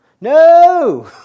No